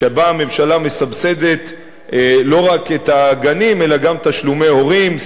שבה הממשלה מסבסדת לא רק את הגנים אלא גם תשלומי הורים,